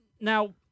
Now